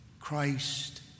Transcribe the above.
Christ